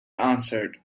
answered